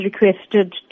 requested